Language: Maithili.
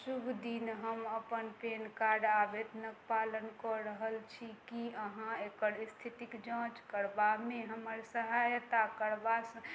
शुभ दिन हम अपन पैन कार्ड आवेदनके पालन कऽ रहल छी कि अहाँ एकर इस्थितिके जाँच करबामे हमर सहायता करबा